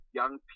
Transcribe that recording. young